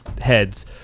heads